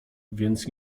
więc